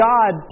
God